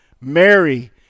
Mary